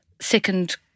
second